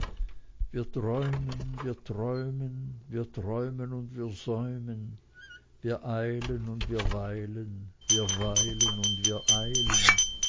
wir träumen wir träumen wir träumen und wir säumen wir eilen und wir weilen wir weilen und wir eilen